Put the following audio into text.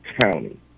county